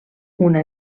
una